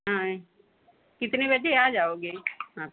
हाँ यह कितने बजे आ जाओगे हाँ